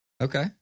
Okay